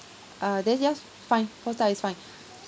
uh then yes fine four star is fine